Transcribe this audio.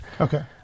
Okay